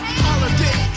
holiday